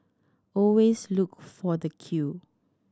always look for the queue